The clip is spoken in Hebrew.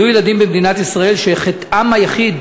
יהיו ילדים במדינת ישראל שחטאם היחיד